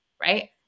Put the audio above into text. right